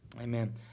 Amen